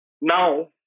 now